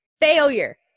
failure